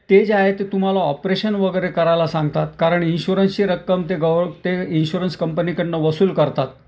ते जे आहे ते तुम्हाला ऑपरेशन वगैरे करायला सांगतात कारण इन्शुरन्सची रक्कम ते गव ते इन्शुरन्स कंपनीकडून वसूल करतात